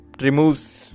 removes